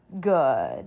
good